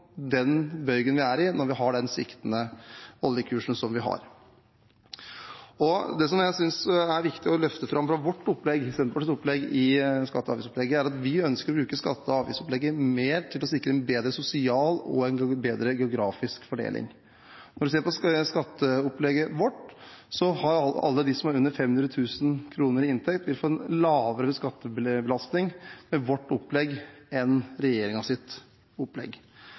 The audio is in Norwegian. den bøygen vi er i, når vi har den sviktende oljekursen som vi har. Det som jeg synes det er viktig å løfte fram fra Senterpartiets opplegg i skatte- og avgiftsopplegget, er at vi ønsker å bruke skatte- og avgiftsopplegget mer til å sikre en bedre sosial og geografisk fordeling. Når en ser på skatteopplegget vårt, vil alle de som har under 500 000 kr i inntekt, få en lavere skattebelastning med vårt opplegg enn med regjeringens opplegg.